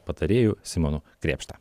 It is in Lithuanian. patarėju simonu krėpšta